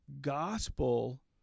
gospel